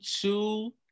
two